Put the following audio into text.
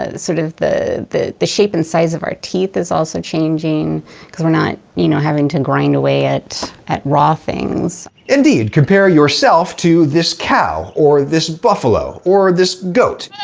ah sort of the the shape and size of our teeth is also changing because we're not you know having to grind away at at raw things. indeed compare yourself to this cow, or this buffalo, or this goat.